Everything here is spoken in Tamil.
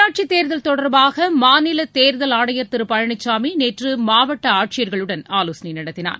உள்ளாட்சி தேர்தல் தொடர்பாக மாநில தேர்தல் ஆணயர் திரு பழனிசாமி நேற்று மாவட்ட ஆட்சியர்களுடன் ஆலோசனை நடத்தினார்